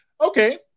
Okay